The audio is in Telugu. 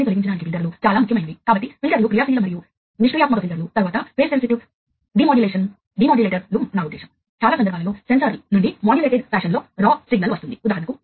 కానీ ఇది ఇప్పటికీ చాలా పరిమితులను కలిగి ఉన్న పురాతన సాంకేతిక పరిజ్ఞానం